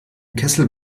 kessel